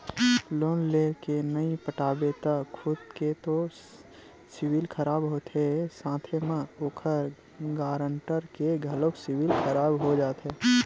loan लेय के नइ पटाबे त खुद के तो सिविल खराब होथे साथे म ओखर गारंटर के घलोक सिविल खराब हो जाथे